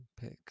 pick